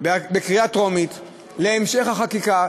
בקריאה טרומית להמשך החקיקה,